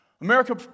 America